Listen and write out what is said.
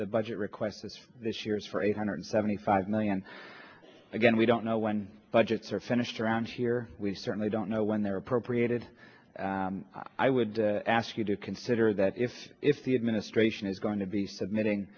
the budget request is for this year is for eight hundred seventy five million again we don't know when budgets are finished around here we certainly don't know when they're appropriated i would ask you to consider that if if the administration is going to be submitting